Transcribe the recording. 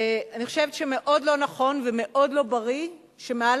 אני חושבת שמאוד לא נכון ומאוד לא בריא שמעל